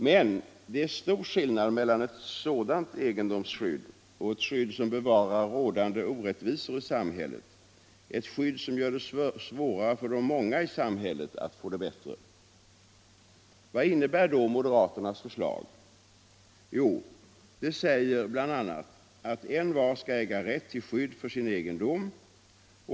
Men det är stor skillnad mellan ett sådant egendomsskydd och ett skydd som bevarar rådande orättvisor i samhället, ett skydd som gör det svårare för de många i samhället att få det bättre. Vad innebär då moderaternas förslag? Jo, det säger bl.a. att envar skall äga rätt till skydd för sin egendom.